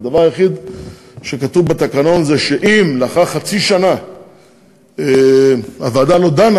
הדבר היחיד שכתוב בתקנון זה שאם לאחר חצי שנה הוועדה לא דנה,